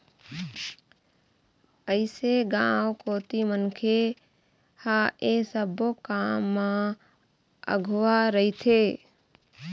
अइसे गाँव कोती मनखे ह ऐ सब्बो काम म अघुवा रहिथे